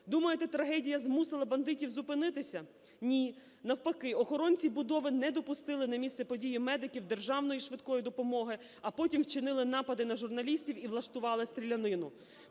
Думаєте трагедія змусила бандитів зупинитися? Ні, навпаки: охоронці будови не допустили на місце події медиків державної швидкої допомоги, а потім вчинили напади на журналістів і влаштували стрілянину.